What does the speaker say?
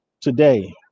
today